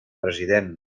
president